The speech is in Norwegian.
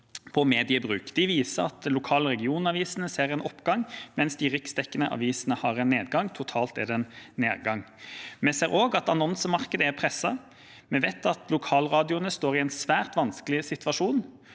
De viser at lokal- og regionavisene ser en oppgang, mens de riksdekkende avisene har en nedgang. Totalt er det en nedgang. Vi ser også at annonsemarkedet er presset. Vi vet at lokalradioene står i en svært vanskelig situasjon,